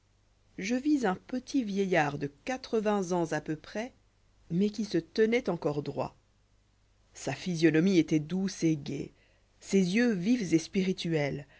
je vis un petit vieillard de quatre vingts ans à peu près mais qui se'tenoit encore droit sa physionomie étoit douce et gaie ses yeux vifs et spirituels